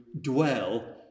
dwell